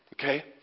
okay